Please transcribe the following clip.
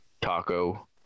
taco